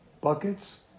buckets